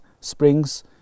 springs